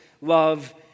love